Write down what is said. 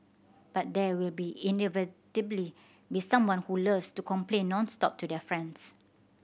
but there will be inevitably be someone who loves to complain nonstop to their friends